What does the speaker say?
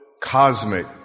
cosmic